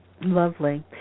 Lovely